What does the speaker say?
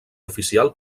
oficial